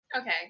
Okay